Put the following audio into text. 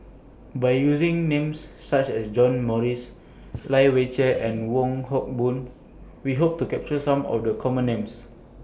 By using Names such as John Morrice Lai Weijie and Wong Hock Boon We Hope to capture Some of The Common Names